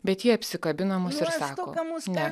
bet ji apsikabino mus ir sako ne